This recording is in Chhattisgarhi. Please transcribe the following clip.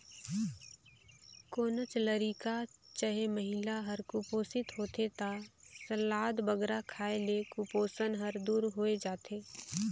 कोनोच लरिका चहे महिला हर कुपोसित होथे ता सलाद बगरा खाए ले कुपोसन हर दूर होए जाथे